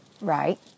Right